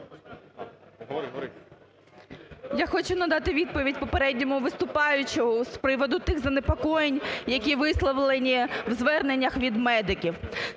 Я хочу надати відповідь попередньому виступаючому з приводу тих занепокоєнь, які висловлені у зверненнях від медиків.